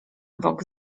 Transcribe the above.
bok